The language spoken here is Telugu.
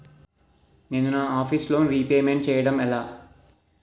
నేను నా ఆఫీస్ లోన్ రీపేమెంట్ చేయడం ఎలా?